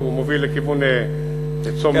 שמוביל לכיוון צומת קסטינה.